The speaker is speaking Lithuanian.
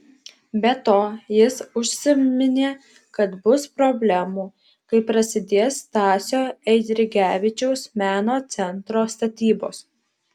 be to jis užsiminė kad bus problemų kai prasidės stasio eidrigevičiaus meno centro statybos